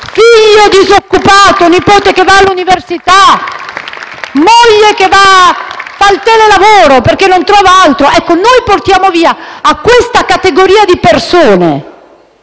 figlio disoccupato, il nipote che va all'università, la moglie che fa il telelavoro perché non trova altro, ecco noi portiamo via a questa categoria di persone,